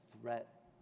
threat